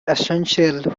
essential